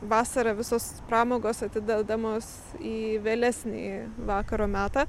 vasarą visos pramogos atidedamos į vėlesnį vakaro metą